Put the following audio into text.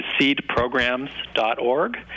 seedprograms.org